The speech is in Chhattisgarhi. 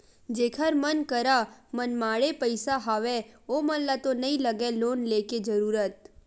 जेखर मन करा मनमाड़े पइसा हवय ओमन ल तो नइ लगय लोन लेके जरुरत